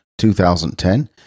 2010